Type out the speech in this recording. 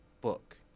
book